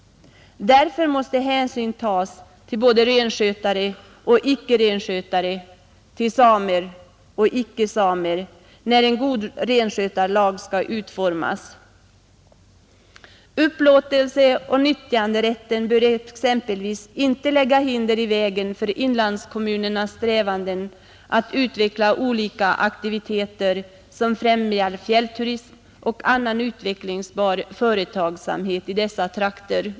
Därför måste hänsyn tagas till både renskötare och icke-renskötare, till samer och icke-samer, när en god renskötarlag skall utformas. Upplåtelseoch nyttjanderätten bör exempelvis inte lägga hinder i vägen för inlandskommunernas strävanden att utveckla olika aktiviteter, som främjar fjällturism och annan utvecklingsbar företagsamhet i dessa trakter.